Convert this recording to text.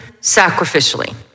sacrificially